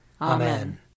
Amen